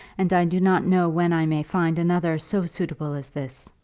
and i do not know when i may find another so suitable as this.